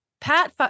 pat